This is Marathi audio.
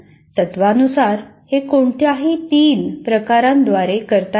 तत्वानुसार हे कोणत्याही 3 प्रकारांद्वारे करता येते